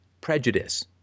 prejudice